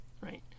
right